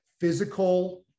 physical